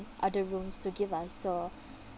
other rooms to give us so